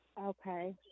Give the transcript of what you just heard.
Okay